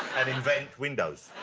and invent windows.